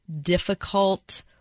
difficult